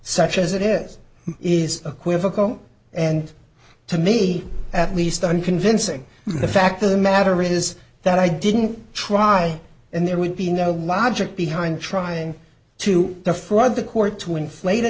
such as it is is a quizzical and to me at least unconvincing the fact of the matter is that i didn't try and there would be no logic behind trying to afford the court to inflate a